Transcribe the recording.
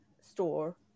store